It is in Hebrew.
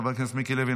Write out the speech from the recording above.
חבר הכנסת מיקי לוי,